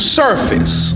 surface